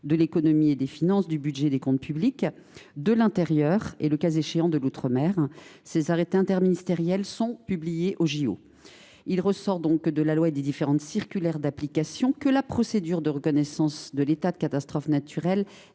de l’économie et des finances, le ministre du budget et des comptes publics, le ministre de l’intérieur et, le cas échéant, celui de l’outre mer. Ces arrêtés interministériels sont publiés au. Il ressort donc de la loi et des différentes circulaires d’application que la procédure de reconnaissance de l’état de catastrophe naturelle